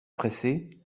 pressé